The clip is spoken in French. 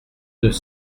deux